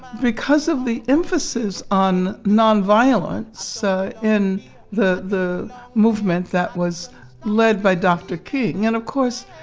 because of the emphasis on nonviolence so in the the movement that was led by dr. king and of course,